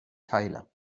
teile